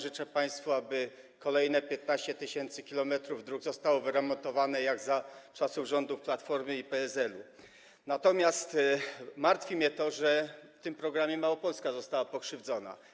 Życzę państwu, aby kolejne 15 tys. km dróg zostało wyremontowane jak za czasów rządów Platformy i PSL-u, natomiast martwi mnie to, że w tym programie Małopolska została pokrzywdzona.